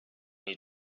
need